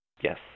Yes